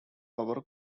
cover